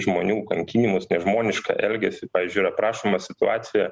žmonių kankinimus nežmonišką elgesį pavyzdžiui yra aprašoma situacija